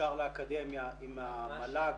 הגשתי מגשרים בכספים ל-100 מגשרות במועצה שלי,